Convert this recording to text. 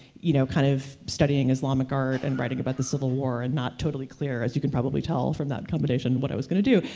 you know, kind of studying islamic art and writing about the civil war, and not totally clear, as you can probably tell from that combination, what i was going to do,